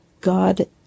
God